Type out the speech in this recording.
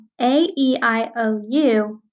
AEIOU